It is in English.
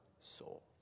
soul